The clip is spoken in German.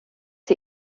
sie